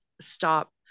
stop